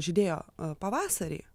žydėjo pavasarį